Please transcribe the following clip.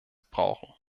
brauchen